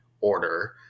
order